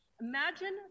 Imagine